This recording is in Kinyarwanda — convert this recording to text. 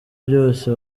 byose